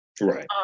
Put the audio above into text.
Right